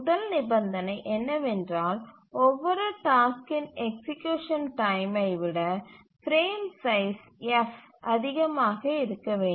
முதல் நிபந்தனை என்னவென்றால் ஒவ்வொரு டாஸ்க்கின் எக்சீக்யூசன் டைமை விட பிரேம் சைஸ் f அதிகமாக இருக்க வேண்டும்